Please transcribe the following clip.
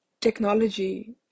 technology